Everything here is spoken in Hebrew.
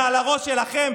זה על הראש שלכם.